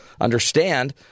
understand